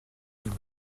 mains